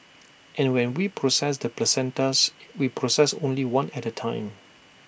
and when we process the placentas we process only one at A time